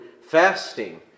fasting